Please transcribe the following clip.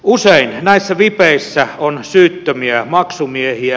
usein näissä vipeissä on syyttömiä maksumiehiä